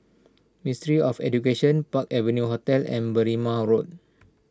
Ministry of Education Park Avenue Hotel and Berrima Road